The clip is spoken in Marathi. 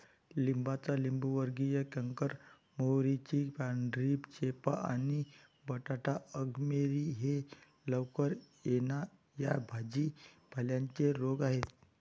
लिंबाचा लिंबूवर्गीय कॅन्कर, मोहरीची पांढरी चेपा आणि बटाटा अंगमेरी हे लवकर येणा या भाजी पाल्यांचे रोग आहेत